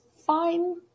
fine